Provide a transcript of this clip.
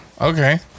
Okay